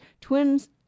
twins